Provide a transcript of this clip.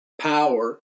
power